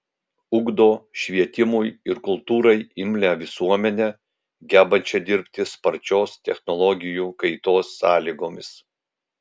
ugdo švietimui ir kultūrai imlią visuomenę gebančią dirbti sparčios technologijų kaitos sąlygomis